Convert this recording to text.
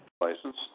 License